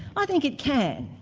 i think it can.